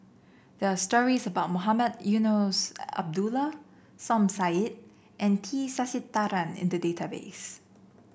there are stories about Mohamed Eunos Abdullah Som Said and T Sasitharan in the database